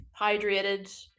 Hydrated